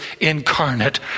incarnate